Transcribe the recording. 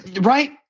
right